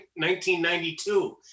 1992